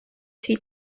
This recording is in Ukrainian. свій